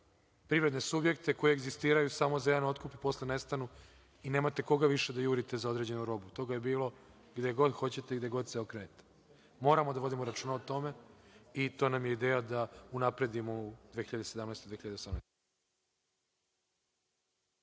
privredne subjekte koji egzistiraju samo za jedan otkup, a posle nestanu i nemate koga više da jurite za određenu robu. Toga je bilo gde god hoćete i gde god se okrenete. Moramo da vodimo računa o tome i to nam je ideja da unapredimo u 2017-2018.